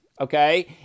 Okay